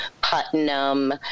Putnam